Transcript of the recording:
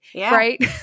right